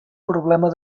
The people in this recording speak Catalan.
problema